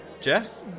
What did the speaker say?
Jeff